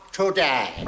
today